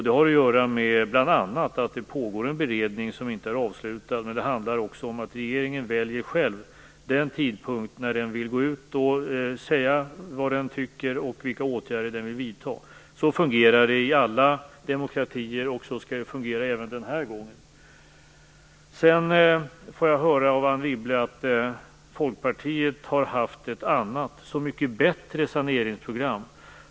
Det har bl.a. att göra med att det pågår en beredning som inte är avslutad. Men det handlar också om att vi i regeringen själva väljer den tidpunkt då vi vill gå ut och säga vad vi tycker och vilka åtgärder vi vill vidta. Så fungerar det i alla demokratier, och så skall det fungera även den här gången. Jag får höra av Anne Wibble att Folkpartiet har haft ett annat, så mycket bättre saneringsprogram.